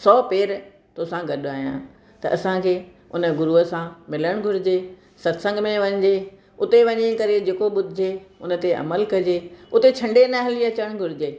सौ पेर तोसां गॾु आहियां त असांजे उन गुरूअ सां मिलण घुर्जे सत्संग में वञिजे उते वञीं करे जेको ॿुधिजे उन ते अमलु कजे उते छंडे न हली अचणु घुर्जे